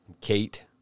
Kate